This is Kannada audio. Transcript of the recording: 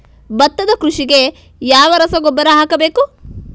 ಭತ್ತದ ಕೃಷಿಗೆ ಯಾವ ರಸಗೊಬ್ಬರ ಹಾಕಬೇಕು?